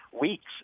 weeks